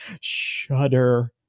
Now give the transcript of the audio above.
Shudder